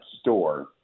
store